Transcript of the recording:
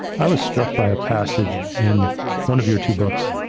i was struck by a passage and one of your two books,